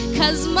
cause